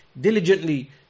diligently